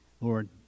Lord